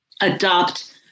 adopt